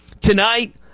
tonight